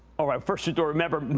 all right, first, and remember,